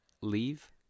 leave